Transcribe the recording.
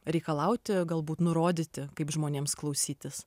reikalauti galbūt nurodyti kaip žmonėms klausytis